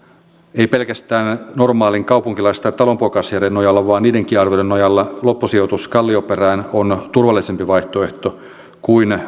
ei pelkästään normaalin kaupunkilais tai talonpoikaisjärjen nojalla vaan niidenkin arvioiden nojalla loppusijoitus kallioperään on turvallisempi vaihtoehto kuin